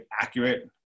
accurate